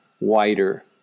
wider